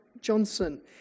Johnson